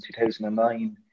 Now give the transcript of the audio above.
2009